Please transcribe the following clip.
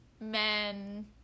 men